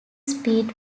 speed